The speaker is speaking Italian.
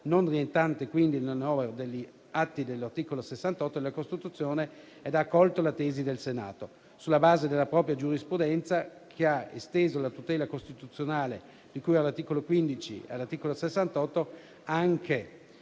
non rientranti quindi nel novero degli atti dell'articolo 68 della Costituzione, ed ha accolto la tesi del Senato, sulla base della propria giurisprudenza, che ha esteso la tutela costituzionale di cui all'articolo 15 e all'articolo 68 anche